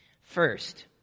First